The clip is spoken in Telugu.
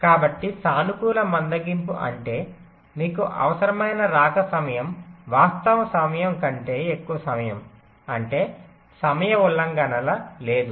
కాబట్టి సానుకూల మందగింపు అంటే మీకు అవసరమైన రాక సమయం వాస్తవ సమయం కంటే ఎక్కువ సమయం అంటే సమయ ఉల్లంఘన లేదు